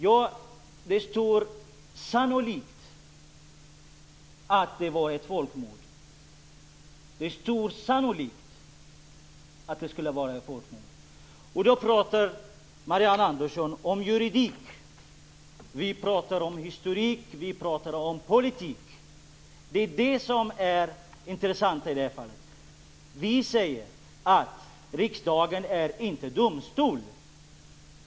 Jo, det står att det sannolikt var ett folkmord. Då talar Marianne Andersson om juridik. Vi talar om historik och om politik. Det är det intressanta i det här fallet. Vi säger att riksdagen inte är en domstol.